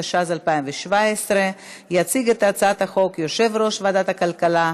התשע"ז 2017. יציג את הצעת החוק יושב-ראש ועדת הכלכלה,